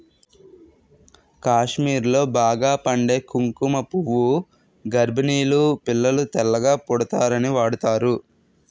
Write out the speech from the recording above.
కాశ్మీర్లో బాగా పండే కుంకుమ పువ్వు గర్భిణీలు పిల్లలు తెల్లగా పుడతారని వాడుతారు